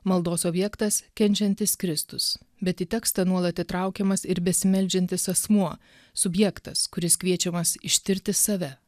maldos objektas kenčiantis kristus bet į tekstą nuolat įtraukiamas ir besimeldžiantis asmuo subjektas kuris kviečiamas ištirti save